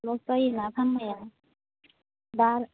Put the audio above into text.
लस जायोना फाननाया दा